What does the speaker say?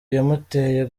yamuteye